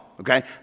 okay